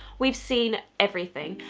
we've seen everything,